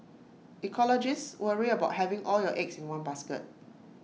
ecologists worry about having all your eggs in one basket